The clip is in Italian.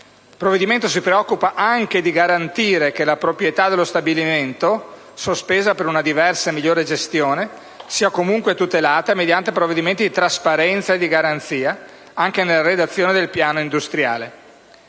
Il provvedimento si preoccupa anche di garantire che la proprietà dello stabilimento - sospesa per una diversa e migliore gestione - sia comunque tutelata mediante provvedimenti di trasparenza e di garanzia, anche nella redazione del piano industriale.